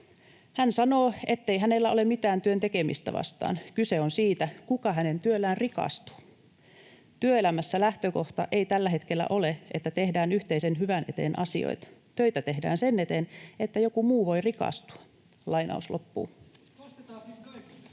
Hän sanoo, ettei hänellä ole mitään työn tekemistä vastaan. Kyse on siitä, kuka hänen työllään rikastuu. ’Työelämässä lähtökohta ei tällä hetkellä ole, että tehdään yhteisen hyvän eteen asioita. Töitä tehdään sen eteen, että joku muu voi rikastua.’” [Jussi Saramo: Kostetaan siis